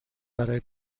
برای